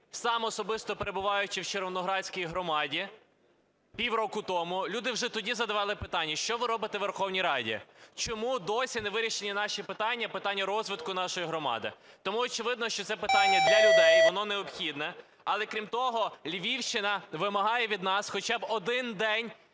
сам особисто, перебуваючи в Червоноградській громаді пів року тому, люди вже тоді задавали питання, що ви робите у Верховній Раді, чому досі не вирішені наші питання, питання розвитку нашої громади? Тому, очевидно, що це питання для людей, воно необхідне. Але крім того, Львівщина вимагає від нас хоча б один день